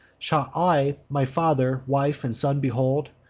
shall i my father, wife, and son behold,